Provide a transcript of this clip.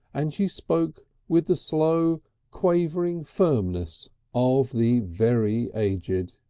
and she spoke with the slow quavering firmness of the very aged.